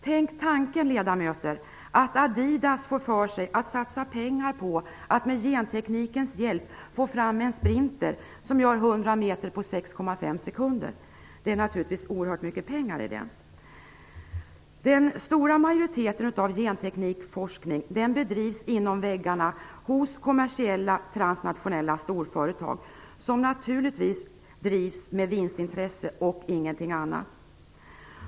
Tänk tanken, ledamöter, att Adidas får för sig att satsa pengar på att med genteknikens hjälp få fram en sprinter som gör 100 m på 6,5 sekunder! Det ligger naturligtvis oerhört mycket pengar i det. Den helt övervägande delen av genteknikforskningen bedrivs inom kommersiella transnationella storföretags väggar - företag som naturligtvis drivs av vinstintresse och ingenting annat.